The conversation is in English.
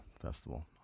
Festival